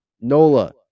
Nola